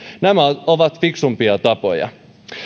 nämä ovat ovat fiksumpia tapoja